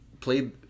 played